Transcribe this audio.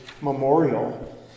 memorial